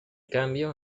cambio